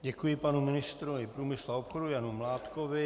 Děkuji panu ministrovi průmyslu a obchodu Janu Mládkovi.